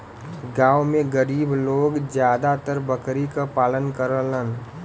गांव में गरीब लोग जादातर बकरी क पालन करलन